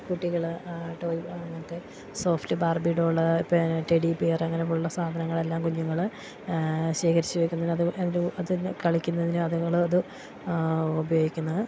കുട്ടികള് ടോയ് അങ്ങനത്തെ soft Barbie doll പിന്നെ ടെഡ്ഡി ബിയർ അങ്ങനെപോലുള്ള സാധനങ്ങളെല്ലാം കുഞ്ഞുങ്ങൾ ശേഖരിച്ച് വെക്കുന്നത് അത് അത് കളിക്കുന്നതിന് അതുങ്ങൾക്ക് ഉപയോഗിക്കുന്നതിന്